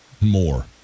more